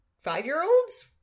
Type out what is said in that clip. five-year-olds